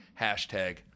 hashtag